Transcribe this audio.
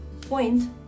point